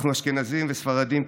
אנחנו אשכנזים וספרדים,